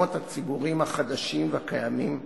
המקומות הציבוריים החדשים והקיימים,